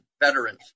veterans